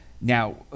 now